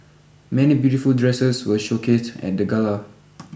many beautiful dresses were showcased at the gala